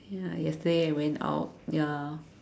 ya yesterday I went out ya